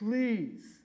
Please